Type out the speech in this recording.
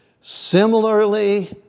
Similarly